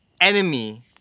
Enemy